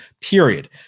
period